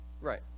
Right